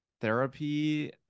therapy